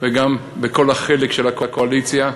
וגם בכל החלק של הקואליציה,